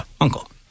uncle